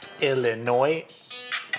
Illinois